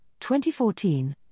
2014